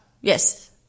yes